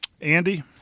Andy